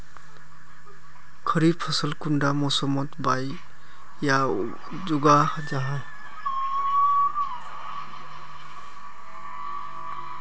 खरीफ फसल कुंडा मोसमोत बोई या उगाहा जाहा?